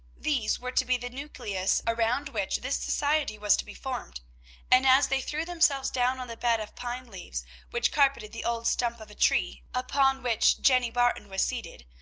these were to be the nucleus around which this society was to be formed and as they threw themselves down on the bed of pine-leaves which carpeted the old stump of a tree upon which jenny barton was seated,